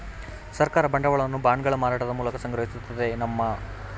ಸರ್ಕಾರ ಬಂಡವಾಳವನ್ನು ಬಾಂಡ್ಗಳ ಮಾರಾಟದ ಮೂಲಕ ಸಂಗ್ರಹಿಸುತ್ತದೆ ನಮ್ಮ